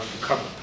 cover